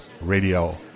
radio